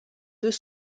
deux